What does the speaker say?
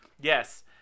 Yes